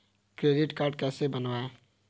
Credit card कैसे बनवाएँ?